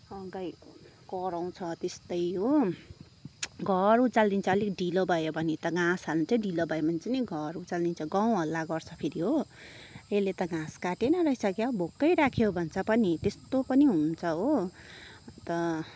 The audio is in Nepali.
गाई कराउँछ त्यस्तै हो घर उचालिदिन्छ अलिक ढिलो भयो भने त घाँस हाल्नु चाहिँ ढिलो भयो भने घर उचाल्दिन्छ गाउँ हल्ला गर्छ फेरि हो यसले त घाँस काटेन रहेछ क्या हौ भोकै रख्यो भन्छ पनि त्यस्तो पनि हुन्छ हो अन्त